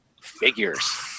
figures